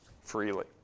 freely